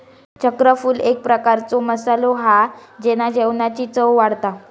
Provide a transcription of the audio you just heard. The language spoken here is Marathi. चक्रफूल एक प्रकारचो मसालो हा जेना जेवणाची चव वाढता